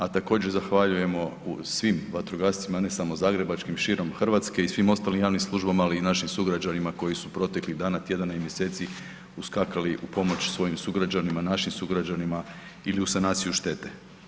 A također zahvaljujemo svim vatrogascima, ne samo zagrebačkim, širom RH i svim ostalim javnim službama, ali i našim sugrađanima koji su proteklih dana, tjedana i mjeseci uskakali u pomoć svojim sugrađanima, našim sugrađanima ili u sanaciju štete.